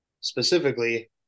specifically